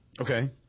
Okay